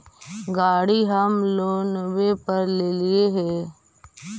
गाड़ी हम लोनवे पर लेलिऐ हे?